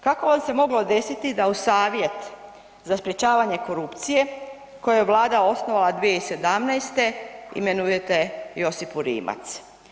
Kako vam se moglo desiti da u Savjet za sprečavanje korupcije koje je Vlada osnovala 2017. imenujete Josipu Rimac?